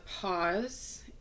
pause